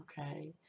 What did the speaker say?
okay